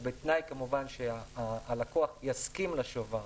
בתנאי כמובן שהלקוח יסכים לשובר.